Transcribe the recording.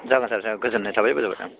जागोन सार जागोन गोजोननाय थाबाय